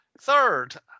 Third